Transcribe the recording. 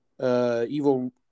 evil